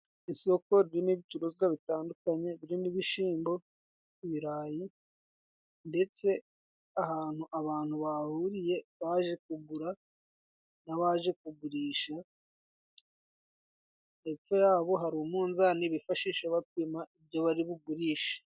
Isoko ry'ibicuruzwa bitandukanye birimo: ibishyimbo, ibirayi ndetse ahantu abantu bahuriye baje kugura n'abaje kugurisha, hepfo yabo hari umunzani bifashisha bapima ibyo bari bugurishe.